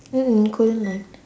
mm kodaline